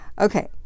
Okay